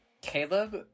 Caleb